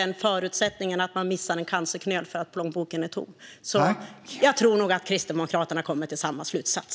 inte vara sådana att man missar en cancerknöl för att plånboken är tom. Jag tror nog att Kristdemokraterna kommer att dra samma slutsats.